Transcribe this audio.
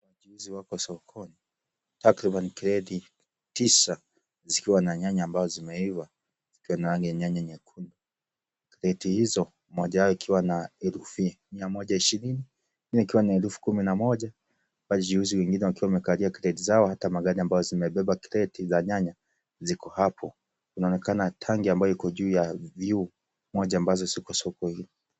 Wachuuzi wako sokoni takriban kreti tisa zikiwa na nyanya ambazo zimeiva zikona nyanya zikona rangi nyekundu, kreti hizo moja yao elfu mia moja ishirini hiyo ikiwa elfu kumi na moja wachuuzi wengine wakiwa wamekalia kreti zao hata magari zao ambazo zimebeba kreti za nyanya ziko hapo, inaonekana tangi ambazo ziko juu vyoo moja ambazo ziko soko hiyo.